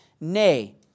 Nay